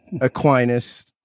Aquinas